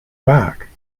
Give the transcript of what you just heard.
back